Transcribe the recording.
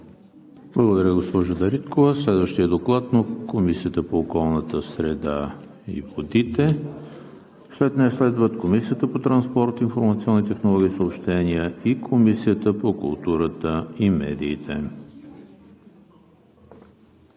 Благодаря, госпожо Дариткова. Следващият Доклад е на Комисията по околната среда и водите. След нея следват Комисията по транспорт, информационни технологии и съобщения и Комисията по културата и медиите.